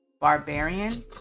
*Barbarian*